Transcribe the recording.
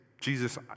Jesus